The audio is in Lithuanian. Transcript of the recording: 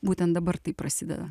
būtent dabar tai prasideda